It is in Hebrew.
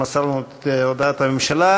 שמסר לנו את הודעת הממשלה.